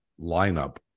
lineup